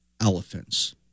elephants